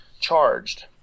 charged